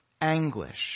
anguish